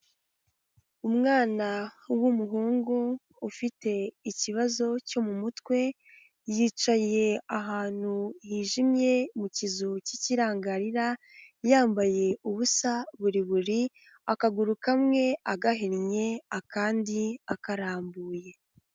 Umwana w'umuhungu ufite ikibazo cyo mu mutwe, yicaye ahantu hijimye mu kizu k'ikirangarira, yambaye ubusa buri buri, akaguru kamwe agahinnnye akandi akarambuye.